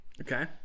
Okay